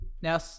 Now